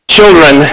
Children